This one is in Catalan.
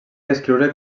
descriure